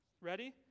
ready